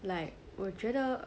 like 我觉得